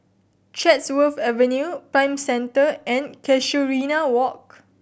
Chatsworth Avenue Prime Centre and Casuarina Walk